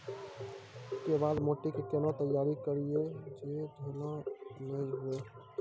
केवाल माटी के कैना तैयारी करिए जे ढेला नैय हुए?